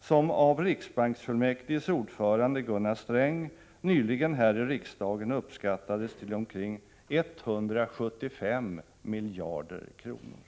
som av riksbanksfullmäktiges ordförande Gunnar Sträng nyligen här i riksdagen uppskattades till omkring 175 miljarder kronor.